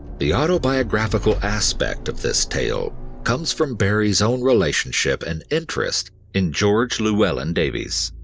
the autobiographical aspect of this tale comes from barrie's own relationship and interest in george llewelyn davies.